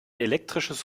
elektrisches